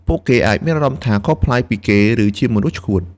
ពួកគេអាចមានអារម្មណ៍ថា "ខុសប្លែក" ពីគេ ឬជា "មនុស្សឆ្កួត"។